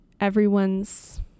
everyone's